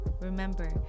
Remember